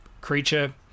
creature